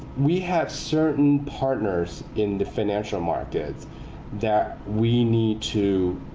we have certain partners in the financial markets that we need to